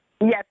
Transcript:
Yes